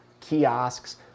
kiosks